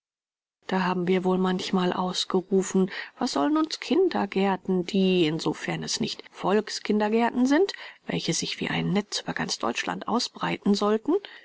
da haben wir wohl manchmal ausgerufen was sollen uns kindergärten die insofern es nicht volkskindergärten sind welche sich wie ein netz über ganz deutschland ausbreiten sollten